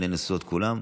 עינינו נשואות, כולם.